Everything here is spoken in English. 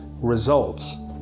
results